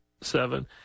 Seven